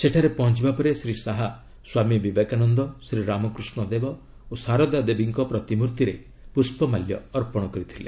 ସେଠାରେ ପହଞ୍ଚବାପରେ ଶ୍ରୀ ଶାହା ସ୍ୱାମୀ ବିବେକାନନ୍ଦ ଶ୍ରୀରାମକୃଷ୍ଣଦେବ ଓ ଶାରଦାଦେବୀଙ୍କ ପ୍ରତିମ୍ଭର୍ତ୍ତିରେ ପୁଷ୍ପମାଲ୍ୟ ଅର୍ପଣ କରିଥିଲେ